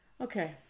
okay